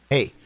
Hey